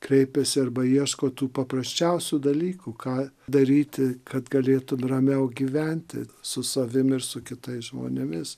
kreipiasi arba ieško tų paprasčiausių dalykų ką daryti kad galėtų ramiau gyventi su savim ir su kitais žmonėmis